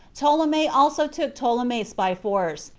ptolemy also took ptolemais by force,